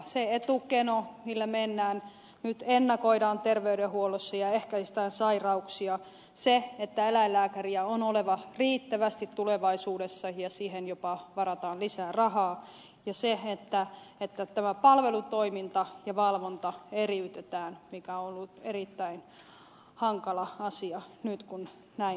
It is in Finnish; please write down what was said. se etukeno millä mennään nyt ennakoidaan tervey denhuollossa ja ehkäistään sairauksia eläinlääkäreitä on oleva riittävästi tulevaisuudessa ja siihen jopa varataan lisää rahaa ja eriytetään tämä palvelutoiminta ja valvonta jotka ovat olleet erittäin hankalia asioita nyt kun näin ei ole